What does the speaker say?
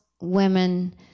women